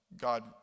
God